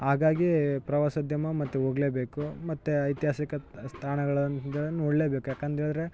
ಹಾಗಾಗೀ ಪ್ರವಾಸೋದ್ಯಮ ಮತ್ತು ಹೋಗ್ಲೇಬೇಕು ಮತ್ತು ಐತಿಹಾಸಿಕ ಸ್ಥಾನಗಳಂತ ನೋಡ್ಲೇಬೇಕು ಯಾಕಂದೇಳ್ರೆ